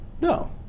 no